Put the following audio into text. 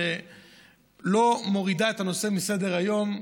שלא מורידה את הנושא מסדר-היום,